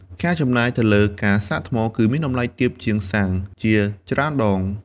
ការចំណាយទៅលើការសាកថ្មគឺមានតម្លៃទាបជាងថ្លៃសាំងជាច្រើនដង។